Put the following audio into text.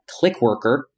ClickWorker